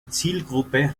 zielgruppe